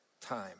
time